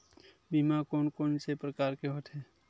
बीमा कोन कोन से प्रकार के होथे?